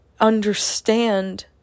understand